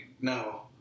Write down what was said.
No